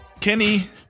Kenny